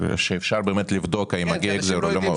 אפשר לבדוק האם מגיע או לא.